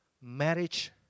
Marriage